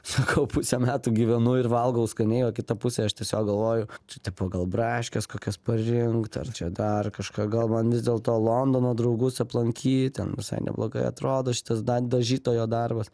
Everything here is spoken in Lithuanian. sakau pusę metų gyvenu ir valgau skaniai o kita pusę aš tiesiog galvoju čia tipo gal braškes kokias parinkt ar čia tą ar kažką gal man vis dėlto londono draugus aplankyt ten visai neblogai atrodo šitas da dažytojo darbas